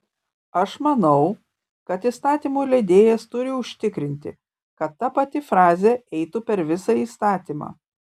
aš manau kad įstatymų leidėjas turi užtikrinti kad ta pati frazė eitų per visą įstatymą